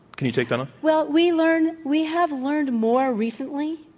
can you take that on? well, we learned, we have learned more recently.